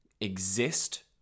exist